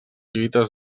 lluites